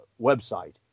website